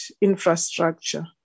infrastructure